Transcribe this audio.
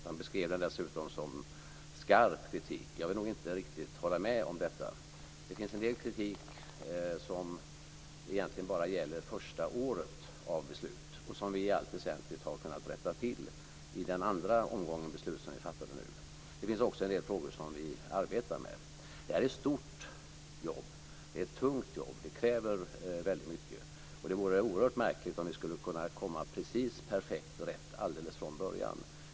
Han beskrev det dessutom som skarp kritik. Jag vill nog inte riktigt hålla med om detta. Det finns en del kritik som egentligen bara gäller det första året av beslut och som vi i allt väsentligt har kunnat rätta till i den andra omgången av beslut som vi har fattat nu. Det finns också en del frågor som vi arbetar med. Det här är ett stort och tungt jobb som kräver mycket, och det vore oerhört märkligt om vi skulle komma precis perfekt rätt alldeles från början.